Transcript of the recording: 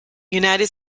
united